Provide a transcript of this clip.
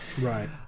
Right